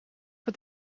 het